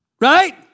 Right